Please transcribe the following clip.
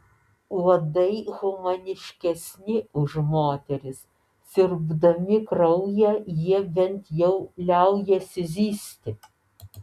uodai humaniškesni už moteris siurbdami kraują jie bent jau liaujasi zyzti